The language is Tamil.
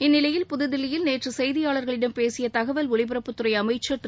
இந்நிலையில் புதுதில்லியில் நேற்று செய்தியாளர்களிடம் பேசிய தகவல் ஒலிபரப்புத்துறை அமைச்சர் திரு